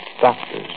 doctors